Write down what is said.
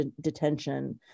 detention